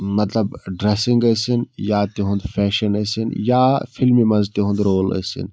مطلب ڈریسِنٛگ ٲسِنۍ یا تِہُنٛد فیشَن ٲسِنۍ یا فِلمہِ منٛز تِہُنٛد رول ٲسِنۍ